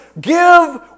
give